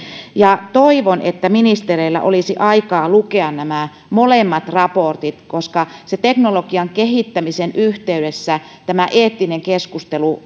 toivon että ministereillä olisi aikaa lukea nämä molemmat raportit koska teknologian kehittämisen yhteydessä eettinen keskustelu